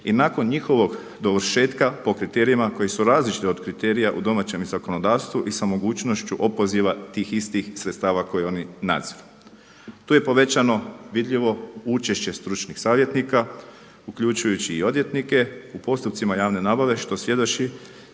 i nakon njihovog dovršetka po kriterijima koji su različiti od kriterija u domaćem zakonodavstvu i sa mogućnošću opoziva tih istih sredstava koji oni nadziru. Tu je povećano vidljivo učešće stručnih savjetnika uključujući i odvjetnike u postupcima javne nabave što svjedoči